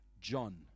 John